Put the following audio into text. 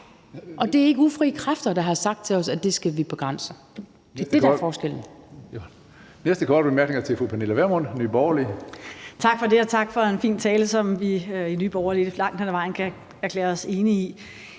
Og det er ikke ufrie kræfter, der har sagt til os, at der skal vi begrænse os. Det er det, der er forskellen.